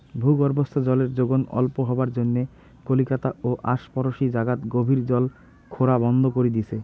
ভূগর্ভস্থ জলের যোগন অল্প হবার জইন্যে কলিকাতা ও আশপরশী জাগাত গভীর কল খোরা বন্ধ করি দিচে